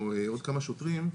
או עוד כמה שוטרים,